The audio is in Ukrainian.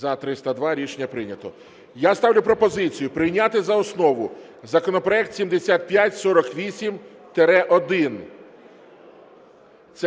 За-302 Рішення прийнято. Я ставлю пропозицію прийняти за основу законопроект 7548-1.